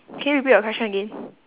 can you repeat your question again